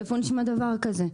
איפה נשמע דבר כזה?